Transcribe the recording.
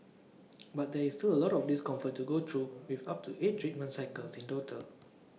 but there is still A lot of discomfort to go through with up to eight treatment cycles in total